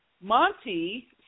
Monty